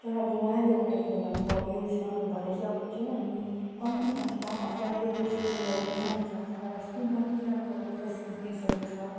तर अब उहाँले बनाइदिनु भएको अब योजनाहरूबाट चाहिँ अब हुन्छ नि हामी कम्ती दाममा अफोर्डेबल स्कुलहरू जानु सक्छ र स्कुलमा पनि राम्रो राम्रो फेसिलिटीसहरू छ